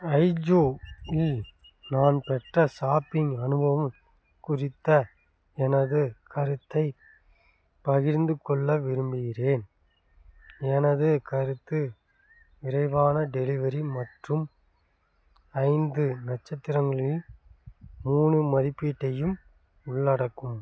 Ajio இல் நான் பெற்ற ஷாப்பிங் அனுபவம் குறித்த எனது கருத்தைப் பகிர்ந்து கொள்ள விரும்புகிறேன் எனது கருத்து விரைவான டெலிவரி மற்றும் ஐந்து நட்சத்திரங்களில் மூணு மதிப்பீட்டையும் உள்ளடக்கும்